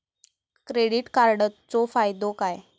Credit कार्डाचो फायदो काय?